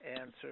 answer